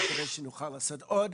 אני מקווה שנוכל לעשות עוד,